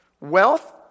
Wealth